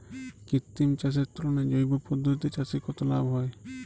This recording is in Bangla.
কৃত্রিম চাষের তুলনায় জৈব পদ্ধতিতে চাষে কত লাভ হয়?